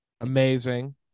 Amazing